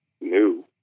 new